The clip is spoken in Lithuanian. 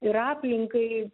ir aplinkai